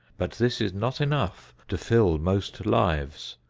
but this is not enough to fill most lives.